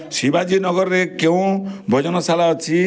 ଶିବାଜୀ ନଗରରେ କେଉଁ ଭୋଜନଶାଳା ଅଛି